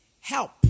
help